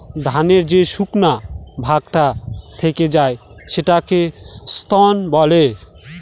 ধানের যে শুকনা ভাগটা থেকে যায় সেটাকে স্ত্র বলে